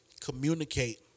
communicate